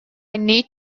need